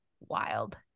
wild